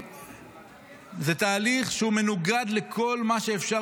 זה תהליך שהוא מנוגד לכל מה שאפשר